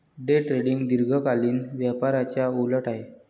day trading दीर्घकालीन व्यापाराच्या उलट आहे